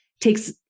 takes